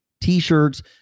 t-shirts